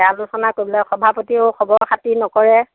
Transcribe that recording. আলোচনা কৰিবলৈ সভাপতিয়েও খবৰ খাতি নকৰে